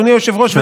אדוני היושב-ראש,